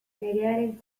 nerearen